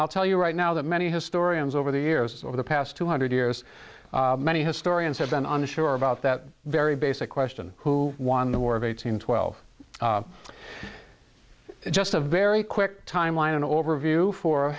i'll tell you right now that many historians over the years over the past two hundred years many historians have been unsure about that very basic question who won the war of eighteen twelve just a very quick timeline an overview for